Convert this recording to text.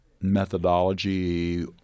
methodology